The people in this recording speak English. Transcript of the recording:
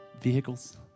vehicles